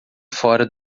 fora